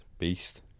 Beast